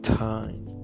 time